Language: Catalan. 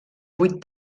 vuit